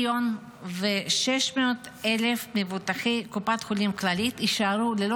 2.6 מיליון מבוטחי קופת חולים כללית יישארו ללא